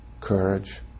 courage